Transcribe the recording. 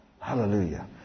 Hallelujah